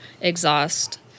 exhaust